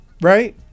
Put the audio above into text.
Right